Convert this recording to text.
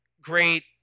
great